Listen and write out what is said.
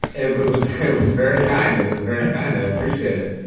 it it was very kind. it was very kind. i appreciate it